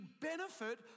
benefit